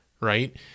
Right